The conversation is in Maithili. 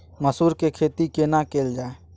मसूर के खेती केना कैल जाय?